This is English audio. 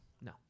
no